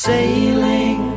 Sailing